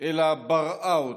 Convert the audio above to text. אלא בראה אותה,